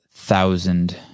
thousand